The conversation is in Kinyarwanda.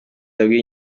yabwiye